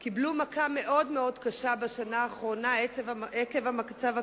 קיבלו מכה מאוד מאוד קשה בשנה האחרונה עקב המצב הכלכלי,